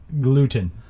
Gluten